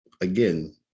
again